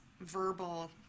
verbal